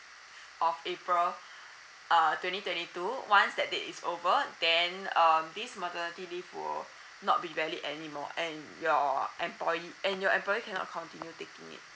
of april err twenty twenty two once that date is over then um this maternity leave will not be valid anymore and your employee and your employee cannot continue taking it